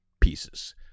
pieces